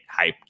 hyped